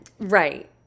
Right